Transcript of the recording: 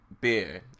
beer